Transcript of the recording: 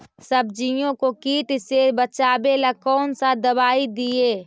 सब्जियों को किट से बचाबेला कौन सा दबाई दीए?